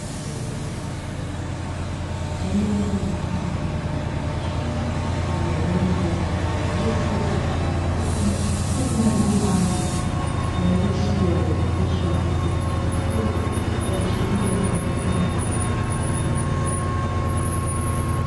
Eneo la wazi mfano wa shamba lenye udongo wenye rangi nyeusi ukiashiria rutuba, huku mabomba meusi yaliyopitishwa katika shamba hilo ikiashiria ni mfumo wa umwagiliaji.